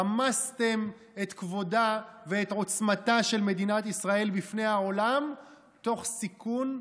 רמסתם את כבודה ואת עוצמתה של מדינת ישראל בפני העולם תוך סיכון.